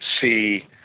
see